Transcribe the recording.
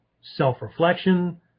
self-reflection